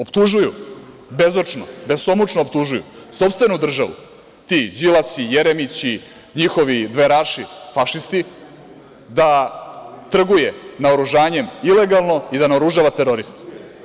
Optužuju bezočno, besomučno sopstvenu državu ti Đilasi, Jeremići, njihovi Dveraši, fašisti da trguje naoružanjem ilegalno i da naoružava teroriste.